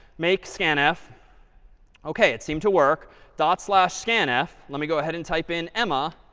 make scanf ok, it seemed to work dot slash scanf. let me go ahead and type in emma.